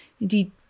indeed